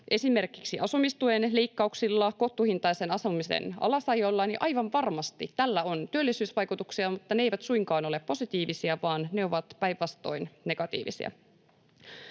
esimerkiksi asumistuen leikkauksilla, kohtuuhintaisen asumisen alasajolla, niin aivan varmasti tällä on työllisyysvaikutuksia, mutta ne eivät suinkaan ole positiivisia, vaan ne ovat päinvastoin negatiivisia.